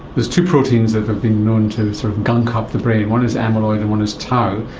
there's two proteins that have been known to sort of gunk up the brain, one is amyloid and one is tau,